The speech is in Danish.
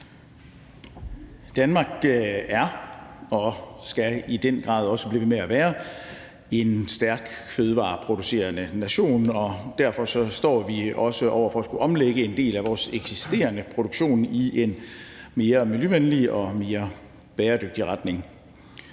Danmark er og skal i den grad også blive ved med at være en stærk fødevareproducerende nation, og derfor står vi også over for at skulle omlægge en del af vores eksisterende produktion i en mere miljøvenlig og mere bæredygtig retning.